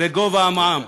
בגובה המע"מ.